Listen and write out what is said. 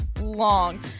long